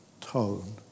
tone